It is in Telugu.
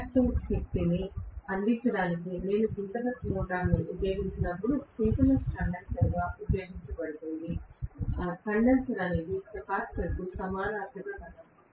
రియాక్టివ్ శక్తిని అందించడానికి నేను సింక్రోనస్ మోటారును ఉపయోగించినప్పుడు సింక్రోనస్ కండెన్సర్గా ఉపయొగించబడుతుంది కండెన్సర్ అనేది కెపాసిటర్ సమానార్థక పదం